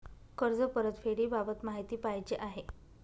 कर्ज परतफेडीबाबत माहिती पाहिजे आहे